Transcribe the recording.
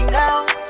now